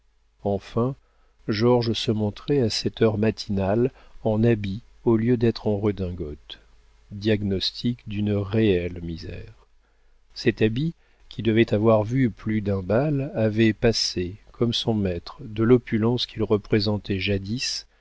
enfin georges se montrait à cette heure matinale en habit au lieu d'être en redingote diagnostic d'une réelle misère cet habit qui devait avoir vu plus d'un bal avait passé comme son maître de l'opulence qu'il représentait jadis